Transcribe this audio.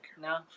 No